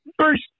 first